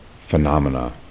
phenomena